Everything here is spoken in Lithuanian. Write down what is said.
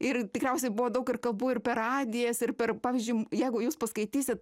ir tikriausiai buvo daug ir kalbų ir per radijas ir per pavyzdžiui jeigu jūs paskaitysit